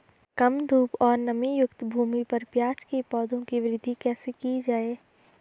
कम धूप और नमीयुक्त भूमि पर प्याज़ के पौधों की वृद्धि कैसे की जाए?